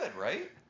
right